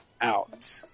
out